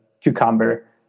Cucumber